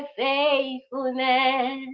faithfulness